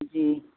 جی